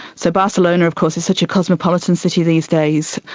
so barcelona of course is such a cosmopolitan city these days,